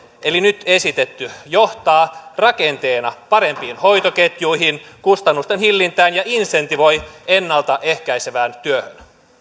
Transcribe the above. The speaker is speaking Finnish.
eli nyt esitetty johtaa rakenteena parempiin hoitoketjuihin kustannusten hillintään ja insentivoi ennalta ehkäisevään työhön